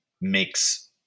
makes